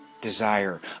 desire